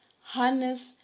harness